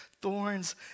Thorns